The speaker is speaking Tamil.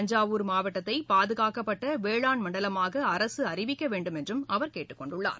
தஞ்சாவூர் மாவட்டத்தை பாதுகாக்கப்பட்ட வேளாண் மண்டலமாக அரசு அறிவிக்க வேண்டுமென்றும் அவர் கேட்டுக் கொண்டுள்ளார்